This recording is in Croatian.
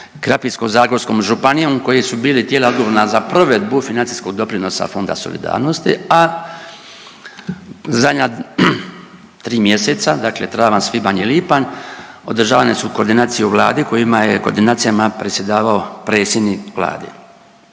Krapinsko-zagorskom županijom, koji su bili tijela odgovorna za provedbu financijskog doprinosa Fonda solidarnosti, a zadnja tri mjeseca, dakle travanj, svibanj i lipanj održavane su koordinacije u Vladi kojima je koordinacijama predsjedavao predsjednik Vlade.